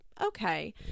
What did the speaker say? Okay